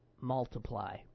multiply